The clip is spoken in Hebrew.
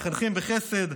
מחנכים בחסד,